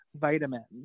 vitamins